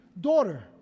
Daughter